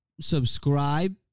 subscribe